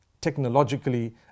Technologically